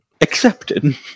accepted